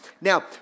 Now